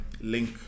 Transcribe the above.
link